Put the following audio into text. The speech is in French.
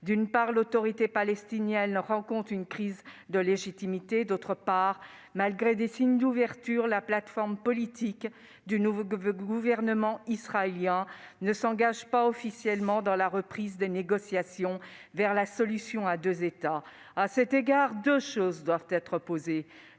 D'une part, l'Autorité palestinienne rencontre une crise de légitimité. D'autre part, malgré des signes d'ouverture, la plateforme politique du nouveau gouvernement israélien ne s'engage pas officiellement dans la reprise des négociations vers la solution à deux États. À cet égard, deux constats doivent être posés.